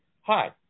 hi